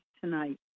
tonight